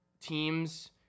teams